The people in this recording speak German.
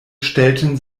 stellten